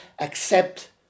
accept